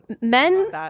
men